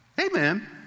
Amen